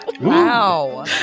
Wow